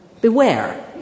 beware